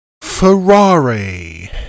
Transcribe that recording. Ferrari